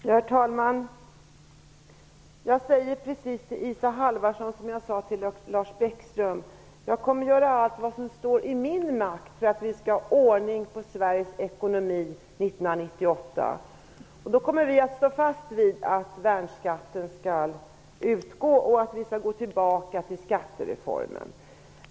Herr talman! Jag säger precis samma sak till Isa Halvarsson som jag sade till Lars Bäckström. Jag kommer att göra allt vad som står i min makt för att vi skall ha ordning på Sveriges ekonomi år 1998. Då kommer vi att stå fast vid att värnskatten skall utgå och att vi skall gå tillbaka till skattereformen.